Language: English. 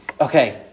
okay